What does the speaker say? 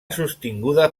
sostinguda